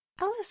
Alice